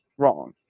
wrong